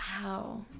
Wow